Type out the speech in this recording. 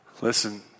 Listen